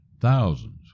Thousands